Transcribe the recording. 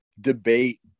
debate